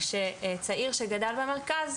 כשצעיר שגדל במרכז,